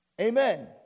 Amen